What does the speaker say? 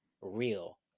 real